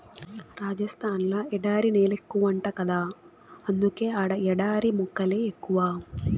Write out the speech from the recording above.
రాజస్థాన్ ల ఎడారి నేలెక్కువంట గదా అందుకే ఆడ ఎడారి మొక్కలే ఎక్కువ